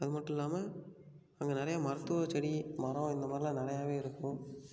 அது மட்டும் இல்லாமல் அங்கே நிறையா மருத்துவ செடி மரம் இந்த மாதிரிலாம் நிறையாவே இருக்கும்